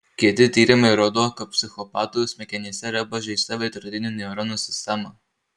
kiti tyrimai rodo kad psichopatų smegenyse yra pažeista veidrodinių neuronų sistema